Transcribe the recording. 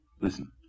Listen